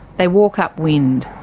they walk upwind.